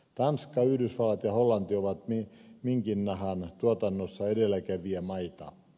tanska yhdysvallat ja hollanti ovat minkinnahan tuotannossa edelläkävijämaita